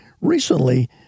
Recently